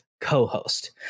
co-host